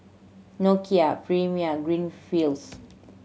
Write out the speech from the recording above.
Nokia Premier Greenfields